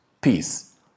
peace